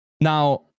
Now